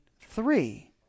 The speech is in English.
three